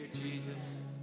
Jesus